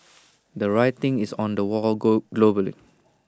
the writing is on the wall goal globally